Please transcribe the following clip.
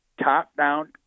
top-down